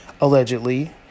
allegedly